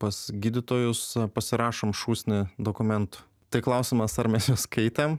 pas gydytojus pasirašom šūsnį dokumentų tai klausimas ar mes juos skaitėm